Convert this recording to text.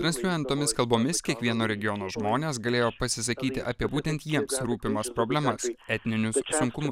transliuojant tomis kalbomis kiekvieno regiono žmonės galėjo pasisakyti apie būtent jiems rūpimas problemas etninius sunkumus